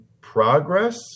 progress